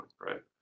right